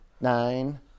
nine